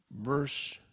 verse